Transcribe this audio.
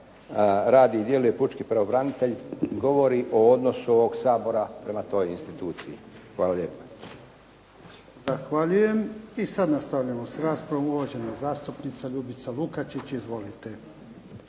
radi i djeluje pučki pravobranitelj govori o odnosu ovog Sabora prema toj instituciji. Hvala lijepa. **Jarnjak, Ivan (HDZ)** Zahvaljujem. I sad nastavljamo s raspravom, uvažena zastupnica Ljubica Lukačić. Izvolite.